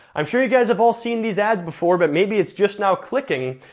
i'm sure you guys have all seen these ads before, but maybe it's just now clicking,